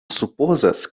supozas